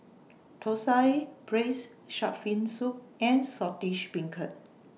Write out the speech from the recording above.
Thosai Braised Shark Fin Soup and Saltish Beancurd